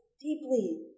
deeply